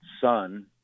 son